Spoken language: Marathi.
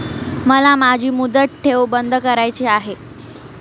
मला माझी मुदत ठेव बंद करायची आहे